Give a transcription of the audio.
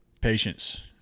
Patience